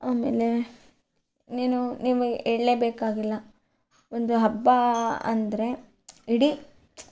ಆಮೇಲೆ ನೀನು ನೀವು ಹೇಳ್ಳೇ ಬೇಕಾಗಿಲ್ಲ ಒಂದು ಹಬ್ಬ ಅಂದರೆ ಇಡೀ